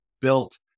built